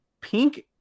pink